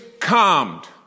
calmed